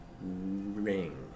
ring